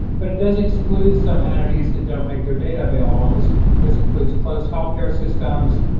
but it does exclude some entities that don't make their data available, and this and this includes closed healthcare systems,